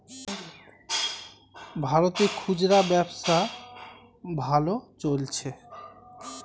ভারতে খুচরা ব্যবসা ভালো চলছে